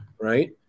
Right